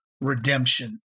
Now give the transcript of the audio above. redemption